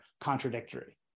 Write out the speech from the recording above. contradictory